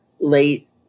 late